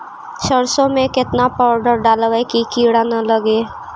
सरसों में केतना पाउडर डालबइ कि किड़ा न लगे?